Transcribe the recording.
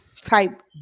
type